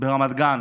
ברמת גן,